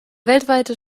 weltweite